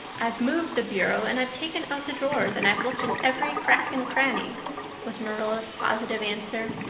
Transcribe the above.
i've moved the bureau and i've taken out the drawers and i've looked in every crack and cranny was marilla's positive answer.